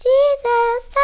Jesus